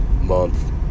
month